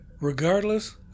regardless